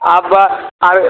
आबा आ